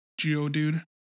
Geodude